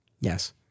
Yes